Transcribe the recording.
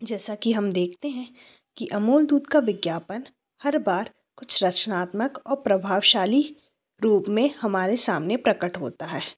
जैसा कि हम देखते हैं कि अमूल दूध का का विज्ञापन हर बार कुछ रचनात्मक और प्रभावशाली रूप में हमारे सामने प्रकट होता है